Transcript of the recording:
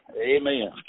Amen